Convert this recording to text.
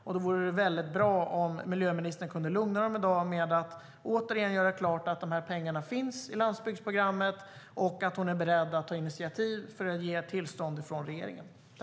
Det vore väldigt bra om miljöministern kunde lugna dem genom att återigen göra klart att pengarna finns i landsbygdsprogrammet och att hon är beredd att ta initiativ till ett tillstånd från regeringen.